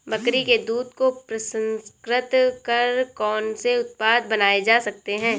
बकरी के दूध को प्रसंस्कृत कर कौन से उत्पाद बनाए जा सकते हैं?